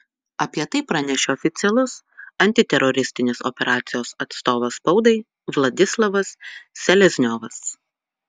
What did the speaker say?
apie tai pranešė oficialus antiteroristinės operacijos atstovas spaudai vladislavas selezniovas